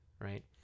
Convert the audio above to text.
right